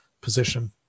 position